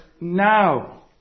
now